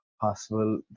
possible